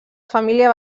família